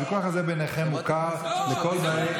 הוויכוח הזה ביניכם מוכר לכל באי,